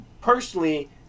personally